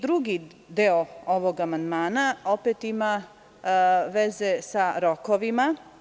Drugi deo ovog amandmana opet ima veze sa rokovima.